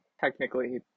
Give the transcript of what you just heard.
technically